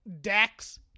Dax